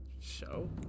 show